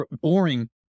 boring